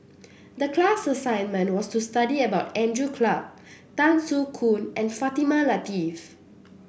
the class assignment was to study about Andrew Clarke Tan Soo Khoon and Fatimah Lateef